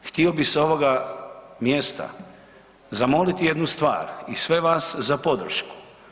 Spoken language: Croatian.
Htio bih s ovoga mjesta zamoliti jednu stvar i sve vas za podršku.